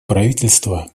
правительство